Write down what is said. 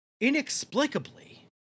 inexplicably